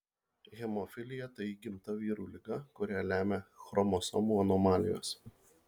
hemofilija tai įgimta vyrų liga kurią lemia chromosomų anomalijos